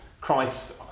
Christ